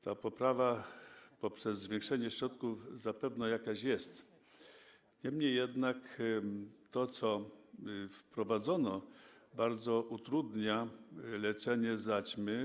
Ta poprawa poprzez zwiększenie środków zapewne jakaś jest, niemniej jednak to co wprowadzono, bardzo utrudnia leczenie zaćmy.